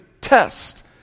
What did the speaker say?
test